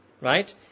Right